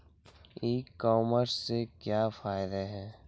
ई commerce के क्या फायदे हैं?